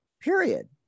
period